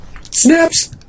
Snaps